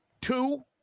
Two